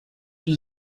die